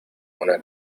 una